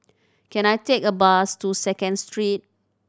can I take a bus to Second Street